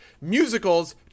musicals